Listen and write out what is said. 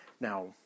Now